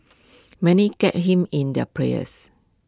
many kept him in their prayers